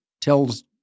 tells